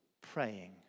praying